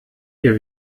ihr